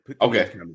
Okay